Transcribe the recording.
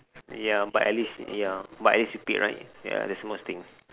ya but at least ya but at least you paid right ya there's worst thing